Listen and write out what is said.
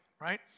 right